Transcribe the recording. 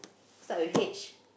start with H